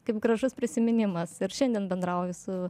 kaip gražus prisiminimas ir šiandien bendrauju su